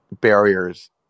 barriers